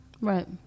Right